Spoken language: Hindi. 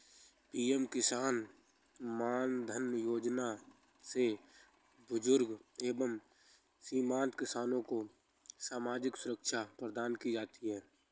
पीएम किसान मानधन योजना से बुजुर्ग एवं सीमांत किसान को सामाजिक सुरक्षा प्रदान की जाती है